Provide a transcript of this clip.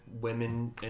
women